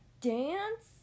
dance